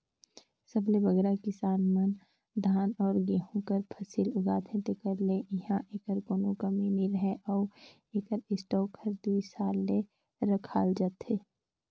सबले बगरा किसान मन धान अउ गहूँ कर फसिल उगाथें तेकर ले इहां एकर कोनो कमी नी रहें अउ एकर स्टॉक हर दुई साल ले रखाल रहथे